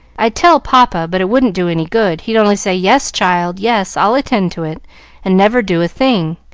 i'd tell papa, but it wouldn't do any good he'd only say, yes, child, yes, i'll attend to it and never do a thing.